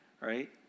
right